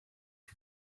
you